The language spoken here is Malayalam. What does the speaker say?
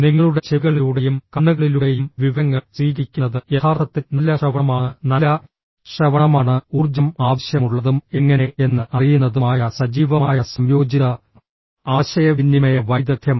നിങ്ങളുടെ ചെവികളിലൂടെയും കണ്ണുകളിലൂടെയും വിവരങ്ങൾ സ്വീകരിക്കുന്നത് യഥാർത്ഥത്തിൽ നല്ല ശ്രവണമാണ് നല്ല ശ്രവണമാണ് ഊർജ്ജം ആവശ്യമുള്ളതും എങ്ങനെ എന്ന് അറിയുന്നതുമായ സജീവമായ സംയോജിത ആശയവിനിമയ വൈദഗ്ദ്ധ്യം